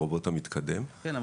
הרובוט המתקדם --- כן,